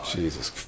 Jesus